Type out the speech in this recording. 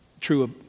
true